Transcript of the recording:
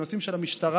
בנושאים של המשטרה,